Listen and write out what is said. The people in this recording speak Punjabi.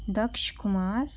ਦਕਸ਼ ਕੁਮਾਰ